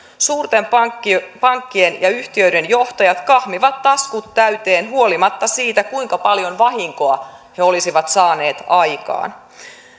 suurten pankkien pankkien ja yhtiöiden johtajat kahmivat taskut täyteen huolimatta siitä kuinka paljon vahinkoa he olisivat saaneet aikaan